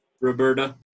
Roberta